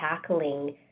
tackling